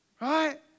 Right